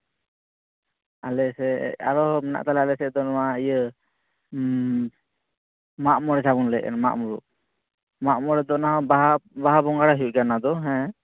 ᱟᱞᱮ ᱥᱮᱫ ᱟᱨᱚ ᱢᱮᱱᱟᱜ ᱠᱟᱫᱟ ᱟᱞᱮ ᱥᱮᱫ ᱫᱚ ᱱᱚᱣᱟ ᱤᱭᱟᱹ ᱢᱟᱜ ᱢᱚᱬᱮ ᱡᱟᱦᱟᱸᱵᱚᱱ ᱞᱟᱹᱭᱮᱫ ᱠᱟᱱ ᱢᱟᱜᱽ ᱢᱩᱞᱩᱜ ᱢᱟᱜ ᱢᱚᱬᱮ ᱫᱚ ᱚᱱᱟ ᱦᱚᱸ ᱵᱟᱦᱟ ᱵᱟᱦᱟ ᱵᱚᱸᱜᱟᱭ ᱦᱩᱭᱩᱜ ᱜᱮᱭᱟ ᱦᱮᱸ